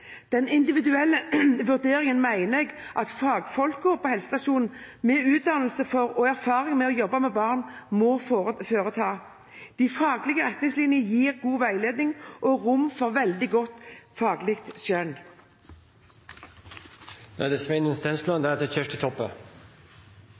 Den individuelle vurderingen mener jeg fagfolk på helsestasjonene, med utdannelse og erfaring med å jobbe med barn, må foreta. De faglige retningslinjene gir god veiledning og rom for veldig godt faglig skjønn. Takk til siste taler for et ypperlig innlegg. Jeg kan stille meg bak mye av det